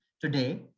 Today